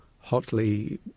hotly